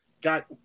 got